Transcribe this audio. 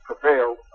prevail